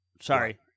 Sorry